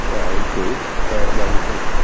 i include among, and like